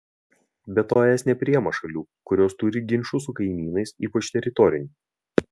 be to es nepriima šalių kurios turi ginčų su kaimynais ypač teritorinių